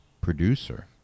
producer